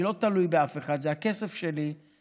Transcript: אני לא תלוי באף אחד, זה הכסף שלי.